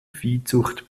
viehzucht